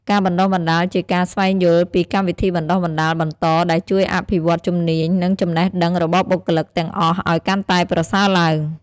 ការបណ្តុះបណ្តាលជាការ ស្វែងយល់ពីកម្មវិធីបណ្តុះបណ្តាលបន្តដែលជួយអភិវឌ្ឍជំនាញ និងចំណេះដឹងរបស់បុគ្គលិកទាំងអស់ឲ្យកាន់តែប្រសើរឡើង។